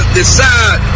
decide